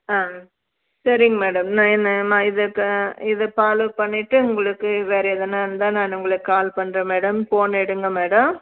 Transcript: ஆ சரிங்க மேடம் நான் நான் இதை இப்போ இதை ஃபாலோ பண்ணிட்டு உங்களுக்கு வேற எதனால் இருந்தால் நான் உங்களுக்கு கால் பண்ணுறேன் மேடம் ஃபோனை எடுங்கள் மேடம்